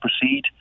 proceed